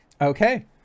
Okay